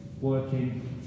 Working